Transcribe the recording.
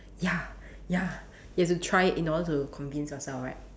ya ya you have to try it in order to convince yourself right